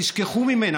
תשכחו ממנה.